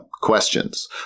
questions